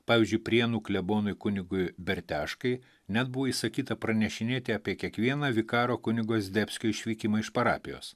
pavyzdžiui prienų klebonui kunigui berteškai net buvo įsakyta pranešinėti apie kiekvieną vikaro kunigo zdebskio išvykimą iš parapijos